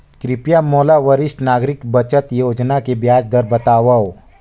कृपया मोला वरिष्ठ नागरिक बचत योजना के ब्याज दर बतावव